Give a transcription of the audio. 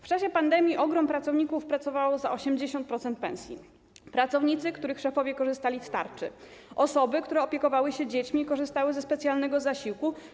W czasie pandemii ogrom pracowników pracował za 80% pensji - pracownicy, których szefowie korzystali z tarczy, osoby, które opiekowały się dziećmi i korzystały ze specjalnego zasiłku.